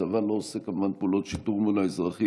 הצבא לא עושה, כמובן, פעולות שיטור מול האזרחים,